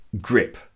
grip